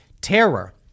terror